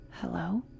Hello